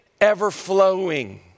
ever-flowing